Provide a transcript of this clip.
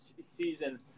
season